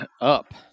up